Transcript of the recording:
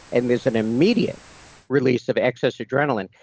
and there's an immediate release of excess adrenaline.